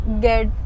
get